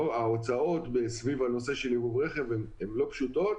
ההוצאות סביב הנושא של ייבוא רכב הן לא פשוטות.